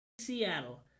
Seattle